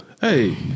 hey